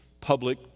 public